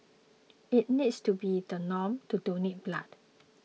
it needs to be the norm to donate blood